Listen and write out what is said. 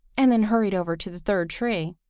and then hurried over to the third tree.